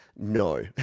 no